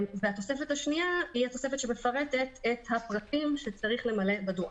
והתוספת השנייה היא התוספת שמפרטת את הפרטים שצריך למלא בדוח.